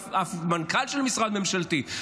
אף מנכ"ל של משרד ממשלתי,